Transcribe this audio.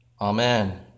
Amen